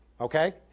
Okay